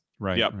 Right